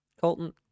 Colton